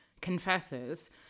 confesses